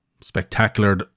spectacular